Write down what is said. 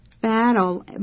battle